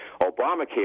Obamacare